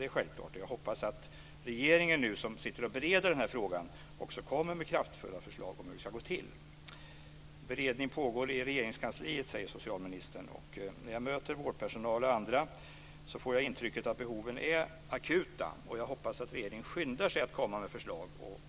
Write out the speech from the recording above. Det är självklart, och jag hoppas att regeringen när den nu bereder den här frågan också lägger fram kraftfulla förslag om hur det ska gå till. Socialministern säger att beredning pågår i Regeringskansliet, och när jag möter vårdpersonal och andra berörda får jag intrycket att behoven är akuta. Jag hoppas att regeringen skyndar sig att komma med förslag och